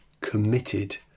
committed